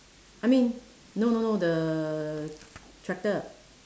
I mean no no no the tractor